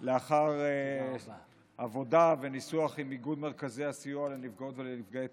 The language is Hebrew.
לאחר עבודה וניסוח עם איגוד מרכזי הסיוע לנפגעות ולנפגעי